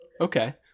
Okay